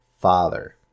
Father